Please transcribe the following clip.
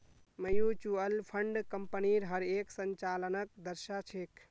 mutual fund कम्पनीर हर एक संचालनक दर्शा छेक